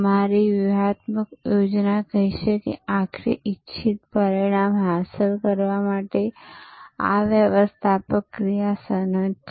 તમારી વ્યૂહાત્મક યોજના કહેશે કે આખરે ઇચ્છિત પરિણામ હાંસલ કરવા માટે આ વ્યવસ્થાપક ક્રિયા સનદ છે